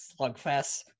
Slugfest